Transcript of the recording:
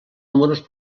números